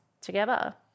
together